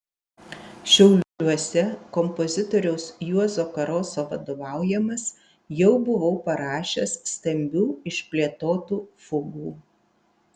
šiauliuose kompozitoriaus juozo karoso vadovaujamas jau buvau parašęs stambių išplėtotų fugų